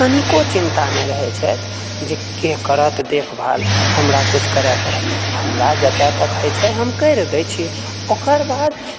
ओकर तनिको चिन्ता नहि रहैत छथि जे केंँ करत देखभाल हमरा किछु करए पड़त हमरा जतए तक होइत छै हम करि दए छिऐ ओकरबाद